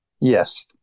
Yes